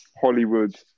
Hollywood